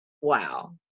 wow